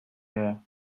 air